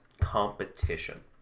competition